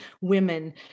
women